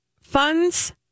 funds